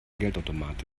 geldautomat